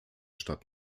stadt